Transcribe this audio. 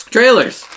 Trailers